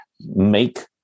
make